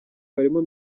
barimo